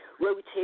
Rotate